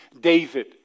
David